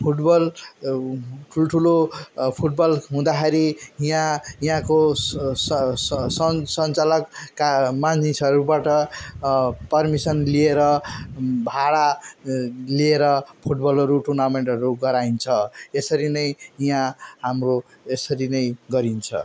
football ठुल ठुलो football हुँदाखेरि यहाँ यहाँको स स स सन् सञ्चालकका मानिसहरूबाट पर्मिसन लिएर भाडा लिएर फुटबलहरू टुर्नामेन्टहरू गराइन्छ यसरी नै यहाँ हाम्रो यसरी नै गरिन्छ